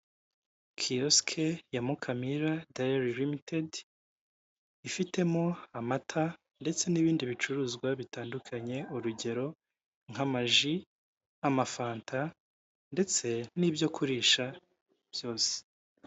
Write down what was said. Kiyosike ya Mukamira dayari rimitedi, ifitemo amata ndetse n'ibindi bicuruzwa bitandukanye, urugero nk'amaji, amafanta ndetse n'ibyo kurisha byose.